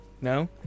No